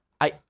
I-